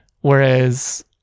whereas